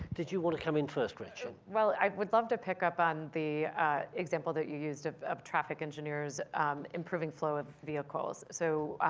did you want to come in first gretchen? well, i would love to pick up on the example that you used ah of traffic engineers improving flow of vehicles. so,